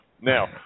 Now